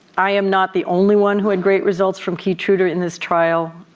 i am not the only one who had great results from keytruda in this trial.